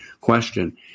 question